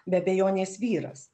be abejonės vyras